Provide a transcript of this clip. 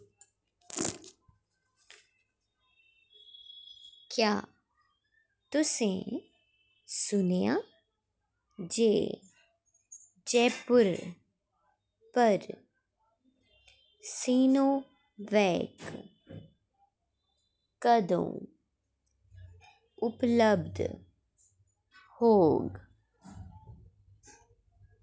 क्या तुसें सुनेआ जे जयपुर पर सिनोवैक कदूं उपलब्ध होग